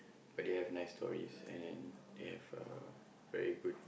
but they have nice stories and they have uh very good